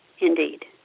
Indeed